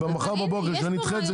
מחר בבוקר כשאני אדחה את זה,